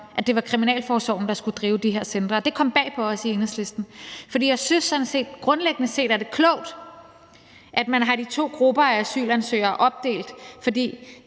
at det var kriminalforsorgen, der skulle drive de her centre, og det kom bag på os i Enhedslisten. For jeg synes sådan set grundlæggende set, det er klogt, at man har de to grupper af asylansøgere opdelt, for